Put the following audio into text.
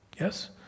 yes